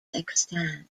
extant